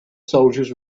soldiers